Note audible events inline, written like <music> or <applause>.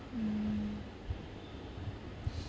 mm <noise>